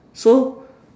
so